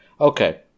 Okay